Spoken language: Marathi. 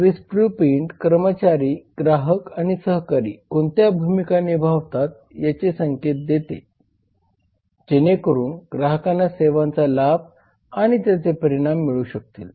सर्व्हिस ब्लूप्रिंट कर्मचारी ग्राहक आणि सहकारी कोणत्या भूमिका निभावतात याचे संकेत देते जेणेकरून ग्राहकांना सेवांचा लाभ आणि त्याचे परिणाम मिळू शकतील